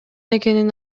экенин